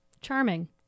charming